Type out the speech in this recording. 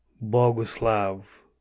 Boguslav